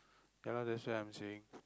ya lah that's why I'm saying